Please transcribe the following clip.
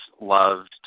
loved